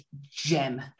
gem